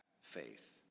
faith